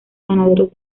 ganaderos